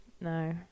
No